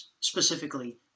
specifically